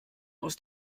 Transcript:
aus